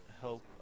help